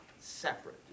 separate